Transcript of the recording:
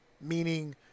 Meaning